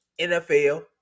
NFL